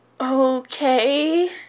Okay